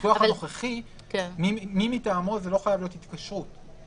בניסוח הנוכחי "מי מטעמו" לא חייב להיות התקשרות.